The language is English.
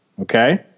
Okay